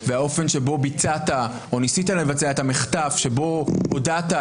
והאופן שבו ביצעת או ניסית לבצע את המחטף שבו הודעת,